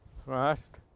thrust.